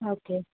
okay